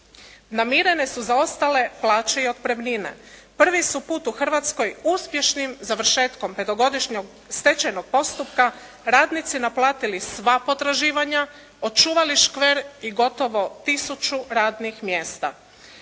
Namirene su zaostale plaće i otpremnine. Prvi su put u Hrvatskoj uspješnim završetkom petogodišnjeg stečajnog postupka radnici naplatili sva potraživanja, očuvali škver i gotovo tisuću radnih mjesta.